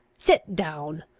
sit down!